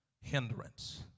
hindrance